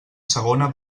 segona